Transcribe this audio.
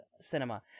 cinema